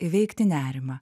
įveikti nerimą